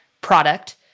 product